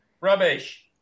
rubbish